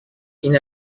این